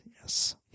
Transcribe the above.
Yes